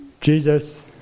Jesus